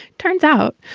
turns out,